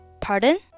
Pardon